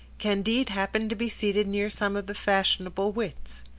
candide happened to be seated near some of the fashionable wits.